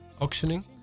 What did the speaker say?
auctioning